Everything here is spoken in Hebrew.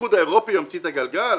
והאיחוד האירופי המציא את הגלגל?